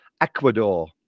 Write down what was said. ecuador